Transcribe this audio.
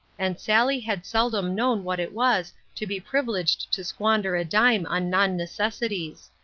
and sally had seldom known what it was to be privileged to squander a dime on non-necessities.